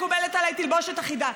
מקובלת עליי תלבושת אחידה,